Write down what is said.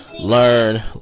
learn